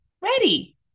ready